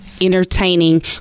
entertaining